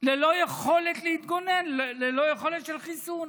ללא יכולת להתגונן, ללא יכולת של חיסון.